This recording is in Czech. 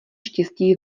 štěstí